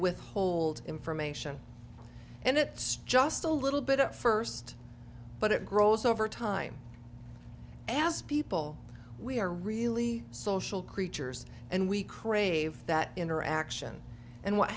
withhold information and it just a little bit at first but it grows over time as people we are really social creatures and we crave that interaction and what